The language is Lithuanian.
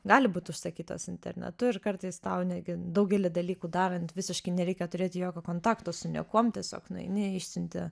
gali būt užsakytos internetu ir kartais tau netgi daugelį dalykų darant visiškai nereikia turėti jokio kontakto su niekuom tiesiog nueini išsiunti